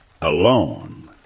alone